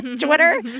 Twitter